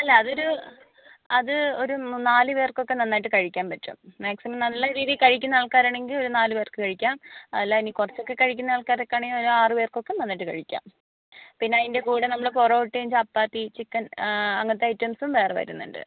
അല്ല അതൊരു അത് ഒരു നാല് പേർക്കൊക്കെ നന്നായിട്ട് കഴിക്കാൻ പറ്റും മാക്സിമം നല്ല രീതിയിൽ കഴിക്കുന്ന ആൾക്കാരാണെങ്കിൽ ഒരു നാല് പേർക്ക് കഴിക്കാം അല്ല ഇനി കുറച്ചൊക്കെ കഴിക്കുന്ന ആൾക്കാർക്കാണേൽ ഒര് ആറ് പേർക്കൊക്കെ നന്നായിട്ട് കഴിക്കാം പിന്നെ അയിൻ്റെ കൂടെ നമ്മള് പൊറോട്ടയും ചപ്പാത്തി ചിക്കൻ അങ്ങനത്തെ ഐറ്റംസും വേറെ വരുന്നുണ്ട്